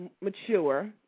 mature